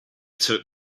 took